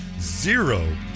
zero